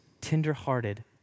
tenderhearted